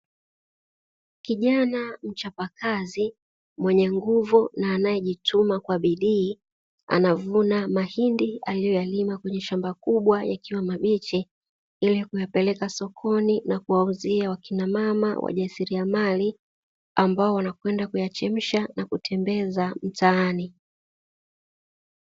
Kijana mchapakazi mwenye nguvu na anayejituma kwa bidii, anavuna mahindi aliyoyalima kwenye shamba kubwa yakiwa mabichi ili kuyapeleka sokoni na kuwauzia wakina mama wajasiriamali ambao wanakwenda kuyachemsha na kutembeza mtaani.